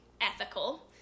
ethical